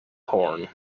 horn